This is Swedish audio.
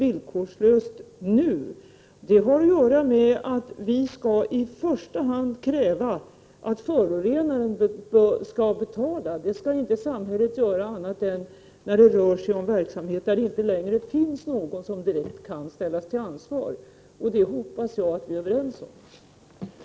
I första hand skall vi ju kräva att den som förorenar också skall betala. Samhället skall betala endast när det rör sig om verksamhet där det inte längre finns någon som kan göras ansvarig. Jag hoppas att vi är överens på den punkten.